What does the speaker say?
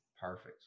Perfect